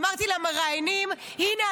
אמרתי למראיינים: הינה,